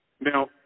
Now